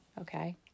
Okay